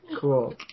Cool